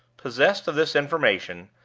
possessed of this information,